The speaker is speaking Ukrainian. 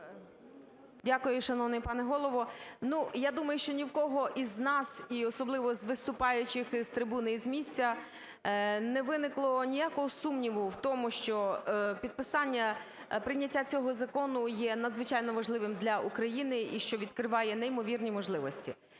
Дякую, шановний пане Голово. Ну, я думаю, що ні в кого із нас, і особливо у виступаючих з трибуни і з місця, не виникло ніякого сумніву в тому, що підписання, прийняття цього закону є надзвичайно важливим для України і що відкриває неймовірні можливості.